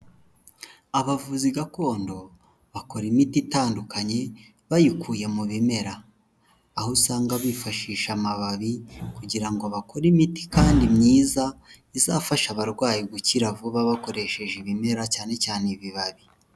Abavuzi gakondo bakora imiti itandukanye bayikuye mu bimera, aho usanga bifashisha amababi kugira ngo bakore imiti kandi myiza, izafasha abarwayi gukira vuba bakoresheje ibimera cyane cyane ibibabi.